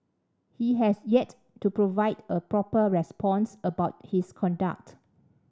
he has yet to provide a proper response about his conduct